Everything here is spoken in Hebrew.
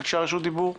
שביקשה רשות דיבור?